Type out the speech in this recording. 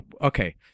okay